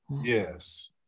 yes